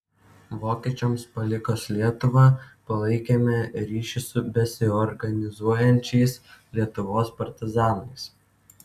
vokiečiams palikus lietuvą palaikėme ryšį su besiorganizuojančiais lietuvos partizanais